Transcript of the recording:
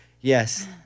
Yes